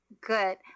Good